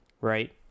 right